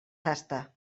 tasta